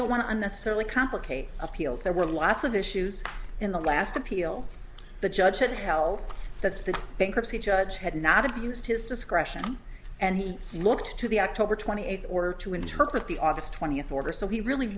don't want to unnecessarily complicate appeals there were lots of issues in the last appeal the judge had held that the bankruptcy judge had not abused his discretion and he looked into the october twenty eighth order to interpret the aug twentieth order so he really